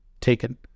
taken